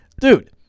dude